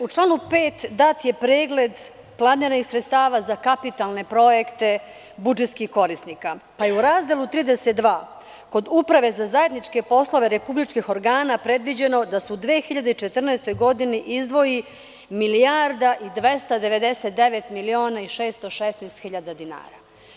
U članu 5. dat je pregled planiranih sredstava za kapitalne projekte budžetskih korisnika, pa je u razdelu 32. kod Uprave za zajedničke poslove republičkih organa predviđeno da se u 2014. godini izdvoji 1.299.616.000 dinara.